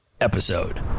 episode